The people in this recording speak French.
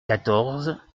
quatorze